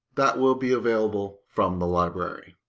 that will be available from the library.